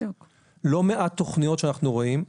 לא מעט תוכניות שאנחנו רואים,